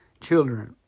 Children